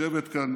מנשבת כאן